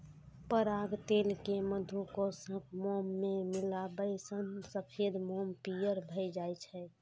पराग तेल कें मधुकोशक मोम मे मिलाबै सं सफेद मोम पीयर भए जाइ छै